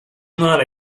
not